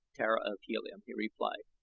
tara of helium, he replied.